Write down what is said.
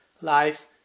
life